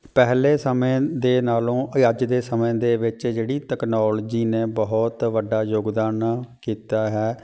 ਪਹਿਲੇ ਸਮੇਂ ਦੇ ਨਾਲੋਂ ਅੱਜ ਦੇ ਸਮੇਂ ਦੇ ਵਿੱਚ ਜਿਹੜੀ ਤਕਨੋਲਜੀ ਨੇ ਬਹੁਤ ਵੱਡਾ ਯੋਗਦਾਨ ਕੀਤਾ ਹੈ